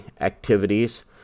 activities